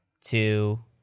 Two